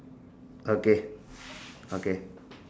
okay okay